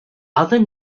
other